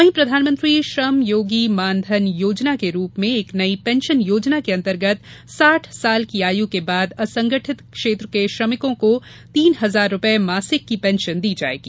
वहीं प्रधानमंत्री श्रम योगी मानधन योजना के रूप में एक नई योजना के अंतर्गत साठ वर्ष की आयु के बाद असंगठित क्षेत्र के श्रमिकों को तीन हजार रूपये मासिक की पेंशन दी जायेगी